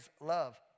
love